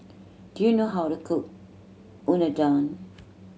do you know how to cook Unadon